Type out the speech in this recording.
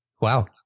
Wow